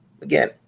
again